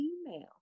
email